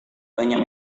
banyak